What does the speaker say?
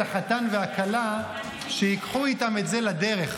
החתן והכלה שייקחו איתם את זה לדרך.